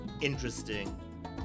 interesting